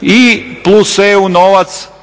i plus EU novac, praktički